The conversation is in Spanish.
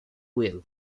wild